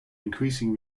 increasing